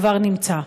כבר נמצא?